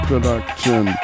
Production